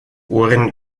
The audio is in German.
ohren